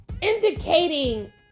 indicating